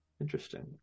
Interesting